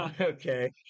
Okay